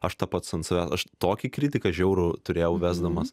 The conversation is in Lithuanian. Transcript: aš ta pats ant save tokį kritiką žiaurų turėjau vesdamas